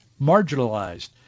marginalized